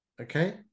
Okay